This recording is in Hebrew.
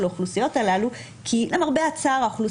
התחלת הכיוון שאני דיברתי עליו בישיבה הקודמת